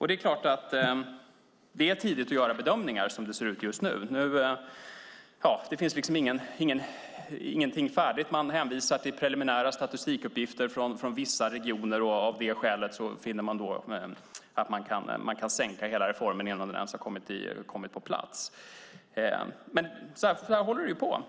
Det är självfallet tidigt att göra bedömningar utifrån hur det ser ut just nu. Det finns liksom ingenting färdigt. Man hänvisar till preliminära statistikuppgifter från vissa regioner och av det skälet finner man att man kan sänka hela reformen innan den ens har kommit på plats. Så håller det ju på.